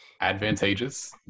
advantageous